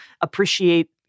appreciate